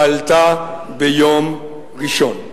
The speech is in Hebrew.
והיא עלתה ביום ראשון.